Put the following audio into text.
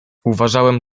uważałem